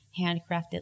handcrafted